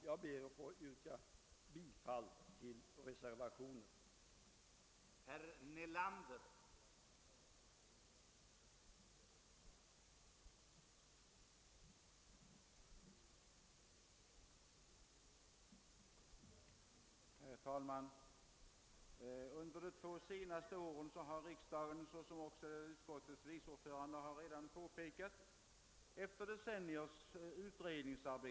Jag ber att få yrka bifall till reservationen 1 vid konstitutionsutskottets utlåtande nr 34.